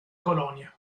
colonie